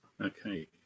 okay